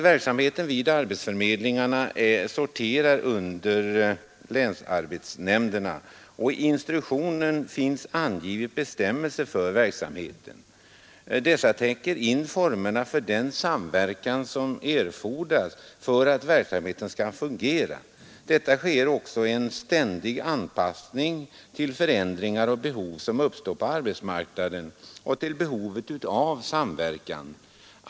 Verksamheten vid arbetsförmedlingarna sorterar under länsarbetsnämnderna, och i instruktionen för verksamheten finns bestämmelser som täcker in formerna för den samverkan som erfordras för att verksamheten skall fungera. Det sker också en ständig anpassning till förändringar och behov som uppstår på arbetsmarknaden och till behovet av samverkan.